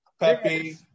Pepe